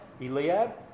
Eliab